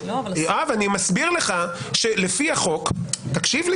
אני מסביר לך שלפי החוק תקשיב לי